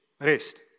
rest